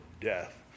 death